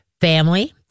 family